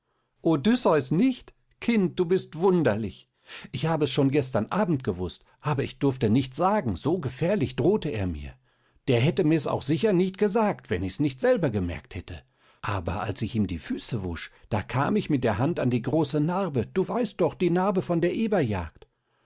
odysseus nicht kind du bist wunderlich ich habe es schon gestern abend gewußt aber ich durfte nichts sagen so gefährlich drohte er mir der hätte mir's auch sicher nicht gesagt wenn ich's nicht selber gemerkt hätte aber als ich ihm die füße wusch da kam ich mit der hand an die große narbe du weißt noch die narbe von der eberjagd